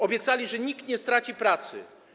Obiecaliście, że nikt nie straci pracy.